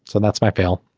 so that's my feel